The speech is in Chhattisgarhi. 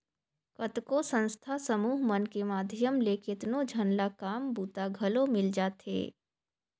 कतको संस्था समूह मन के माध्यम ले केतनो झन ल काम बूता घलो मिल जाथे